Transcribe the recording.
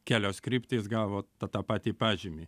kelios kryptys gavo tą tą patį pažymį